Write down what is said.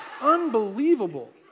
Unbelievable